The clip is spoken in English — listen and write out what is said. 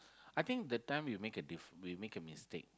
I think that time we make a diff we make a mistake